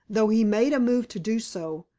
though he made a move to do so,